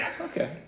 okay